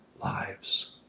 lives